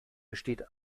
besteht